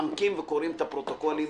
מתעמקים וקוראים את הפרוטוקולים.